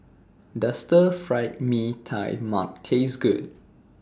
Does Stir Fried Mee Tai Mak Taste Good